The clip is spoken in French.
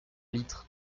litre